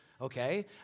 Okay